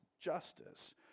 justice